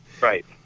Right